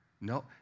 No